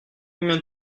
combien